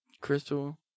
crystal